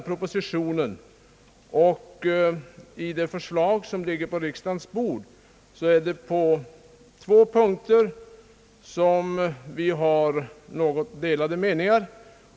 Beträffande det förslag som ligger på riksdagens bord har vi på två punkter något delade meningar.